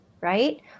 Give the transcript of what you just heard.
right